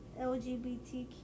LGBTQ